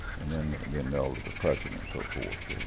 and then then the depression and so forth,